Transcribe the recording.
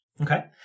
Okay